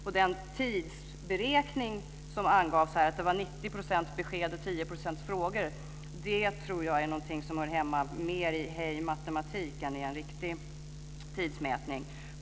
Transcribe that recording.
Och den tidsberäkning som angavs här, att det var 90 % besked och 10 % frågor, tror jag är någonting som hör hemma mer i Hej matematik! än i en riktig tidmätning.